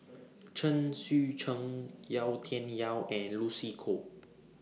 Chen Sucheng Yau Tian Yau and Lucy Koh